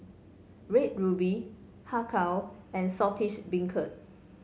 Red Ruby Har Kow and Saltish Beancurd